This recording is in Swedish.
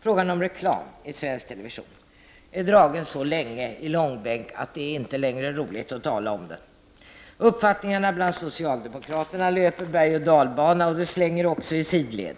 Frågan om reklam i svensk television är dragen så länge i långbänk att det inte längre är roligt att tala om den. Uppfattningarna bland socialdemokraterna löper bergoch dalbana och slänger också i sidled.